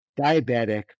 diabetic